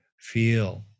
feel